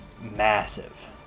massive